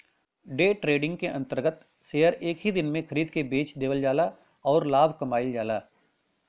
day trading के अंतर्गत share एक ही दिन में खरीद के बेच देवल जाला आउर लाभ कमायल जाला